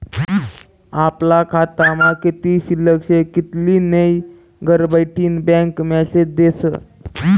आपला खातामा कित्ली शिल्लक शे कित्ली नै घरबठीन बँक मेसेज देस